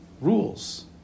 rules